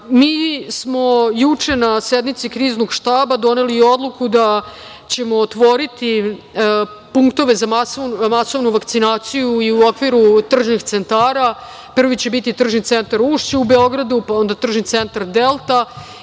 smo juče na sednici Kriznog štaba doneli odluku da ćemo otvoriti punktove za masovnu vakcinaciju i u okviru tržnih centara. Prvi će biti TC Ušće u Beogradu, pa onda TC Delta